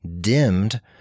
dimmed